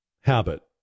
habit